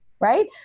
right